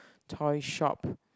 toy shop